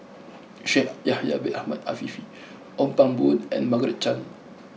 Shaikh Yahya Bin Ahmed Afifi Ong Pang Boon and Margaret Chan